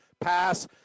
pass